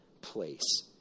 place